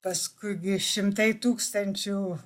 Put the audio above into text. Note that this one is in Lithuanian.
paskui gi šimtai tūkstančių